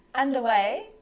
Underway